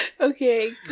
Okay